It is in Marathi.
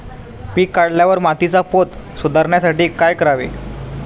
पीक काढल्यावर मातीचा पोत सुधारण्यासाठी काय करावे?